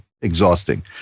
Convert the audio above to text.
exhausting